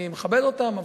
ואני מכבד אותם.